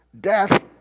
death